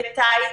בתאית,